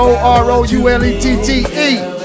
O-R-O-U-L-E-T-T-E